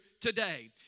today